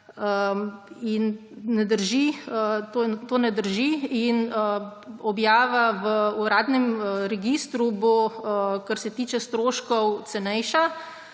to ne drži. Objava v uradnem registru bo, kar se tiče stroškov, cenejša.